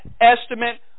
estimate